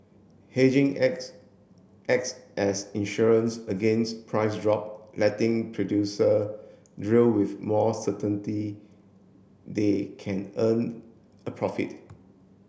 hedging acts acts as insurance against price drop letting producer drill with more certainty they can earn a profit